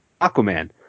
Aquaman